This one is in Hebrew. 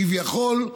כביכול,